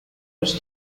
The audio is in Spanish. los